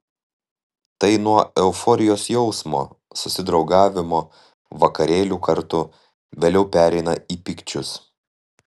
tai nuo euforijos jausmo susidraugavimo vakarėlių kartu vėliau pereina į pykčius